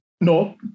No